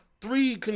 three